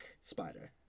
Spider